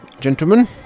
gentlemen